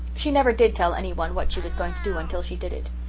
she never did tell anyone what she was going to do until she did it.